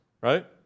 right